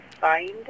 find